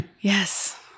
Yes